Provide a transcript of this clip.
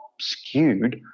skewed